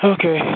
Okay